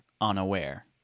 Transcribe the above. unaware